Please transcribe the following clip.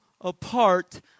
apart